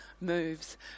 moves